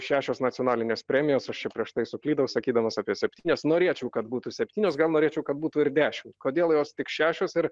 šešios nacionalinės premijos aš čia prieš tai suklydau sakydamas apie septynias norėčiau kad būtų septynios gan norėčiau kad būtų ir dešimt kodėl jos tik šešios ir